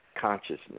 Consciousness